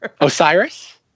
Osiris